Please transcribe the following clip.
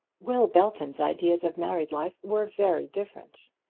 will belton's ideas of married life were very different.